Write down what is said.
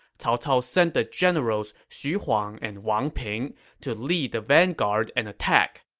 cao cao sent the generals xu huang and wang ping to lead the vanguard and attack.